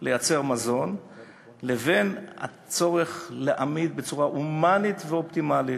לייצר מזון לבין הצורך להמית בצורה הומנית אופטימלית,